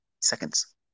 Seconds